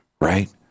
right